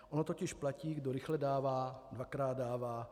Ono totiž platí kdo rychle dává, dvakrát dává.